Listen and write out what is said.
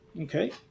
Okay